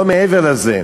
לא מעבר לזה.